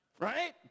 Right